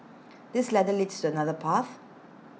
this ladder leads to another path